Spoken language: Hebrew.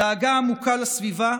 דאגה עמוקה לסביבה,